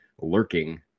lurking